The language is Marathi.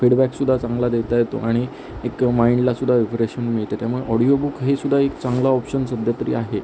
फिडबॅकसुद्धा चांगला देता येतो आणि एक माईंडलासुद्धा रिफ्रेशमेन्ट मिळते त्यामुळे ऑडियो बुक हे सुद्धा एक चांगला ऑप्शन सध्यातरी आहे